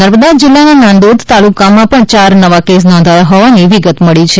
નર્મદા જિલ્લાના નાંદોદ તાલુકામાંથી પણ ચાર નવા કેસ નોંધાયા હોવાની વિગત મળી છે